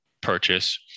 purchase